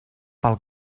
pel